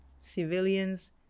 civilians